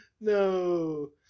No